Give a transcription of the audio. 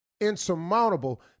insurmountable